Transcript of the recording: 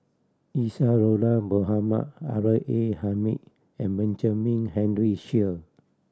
Isadhora Mohamed R A Hamid and Benjamin Henry Sheare